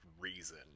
reason